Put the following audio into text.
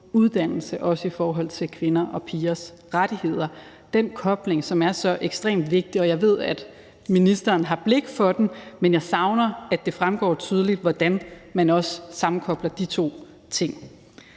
også i forhold til kvinders og pigers rettigheder – den kobling, som er så ekstremt vigtig. Og jeg ved, at ministeren har blik for den, men jeg savner, at det fremgår tydeligt, hvordan man sammenkobler de to ting.